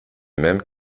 mêmes